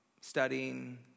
studying